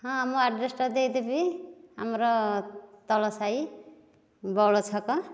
ହଁ ମୁଁ ଆଡ୍ରେସ୍ ଟା ଦେଇଦେବି ଆମର ତଳ ସାହି ବଉଳ ଛକ